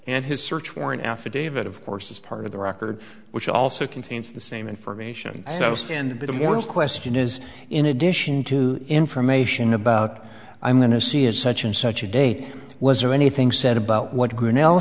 and his search warrant affidavit of course as part of the record which also contains the same information so stand by the moral question is in addition to information about i'm going to see is such and such a date was there anything said about what g